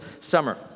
summer